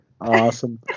awesome